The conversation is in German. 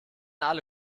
alle